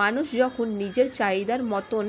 মানুষ যখন নিজের চাহিদা মতন